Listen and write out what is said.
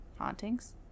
hauntings